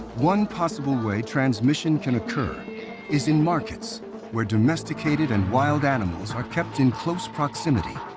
one possible way transmission can occur is in markets where domesticated and wild animals are kept in close proximity,